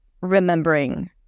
remembering